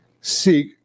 seek